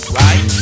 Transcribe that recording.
right